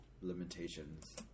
limitations